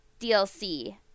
DLC